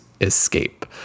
escape